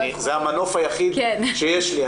זה המנוף היחיד שיש לי.